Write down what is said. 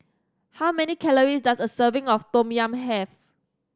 how many calories does a serving of Tom Yam have